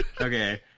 Okay